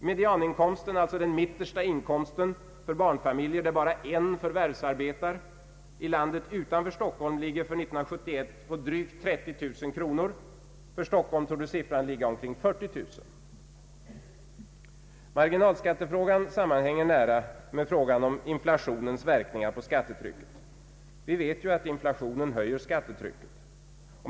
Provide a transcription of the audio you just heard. Medianinkomsten för barnfamiljer, där bara en förvärvsarbetar, i landet utanför Stockholm ligger för år 1971 på drygt 30 000 kronor; för Stockholm torde siffran ligga på omkring 40 000 kronor. nära med frågan om inflationens verkningar på skattetrycket. Vi vet ju att inflationen höjer skattetrycket.